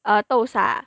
err 豆沙